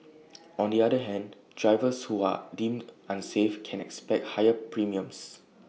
on the other hand drivers who are deemed unsafe can expect higher premiums